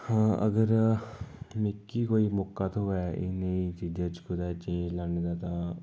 हां अगर मिकी केईं मौके थ्होए एह् नेही चीजें च कुतै चैंज लाने दा तां